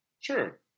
Sure